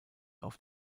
auf